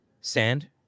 sand